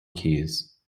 keys